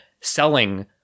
selling